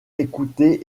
écouté